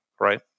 right